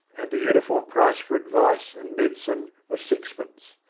and the uniform price for advice and medicine was sixpence.